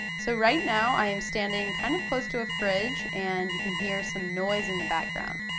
so right now i am standing kind of close to a fridge and you can hear some noise in the background.